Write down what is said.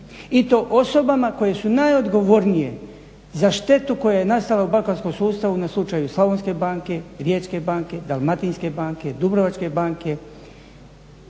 i to osobama koje su najodgovornije za štetu koja je nastala u bankarskom sustavu na slučaju Slavonske banke, Riječke banke, Dalmatinske banke, Dubrovačke banke